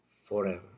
forever